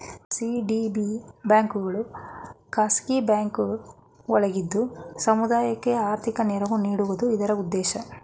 CDB ಬ್ಯಾಂಕ್ಗಳು ಖಾಸಗಿ bank ಒಳಗಿದ್ದು ಸಮುದಾಯಕ್ಕೆ ಆರ್ಥಿಕ ನೆರವು ನೀಡುವುದು ಇದರ ಉದ್ದೇಶ